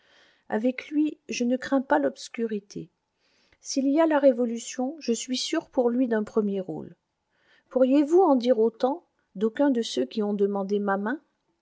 avec lui je ne crains pas l'obscurité s'il y a révolution je suis sûre pour lui d'un premier rôle pourriez-vous en dire autant d'aucun de ceux qui ont demandé ma main